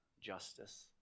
justice